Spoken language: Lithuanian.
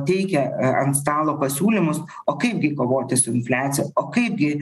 teikia ant stalo pasiūlymus o kaipgi kovoti su infliacija o kaipgi